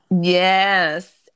Yes